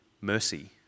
Mercy